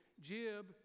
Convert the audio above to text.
Jib